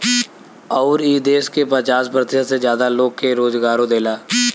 अउर ई देस के पचास प्रतिशत से जादा लोग के रोजगारो देला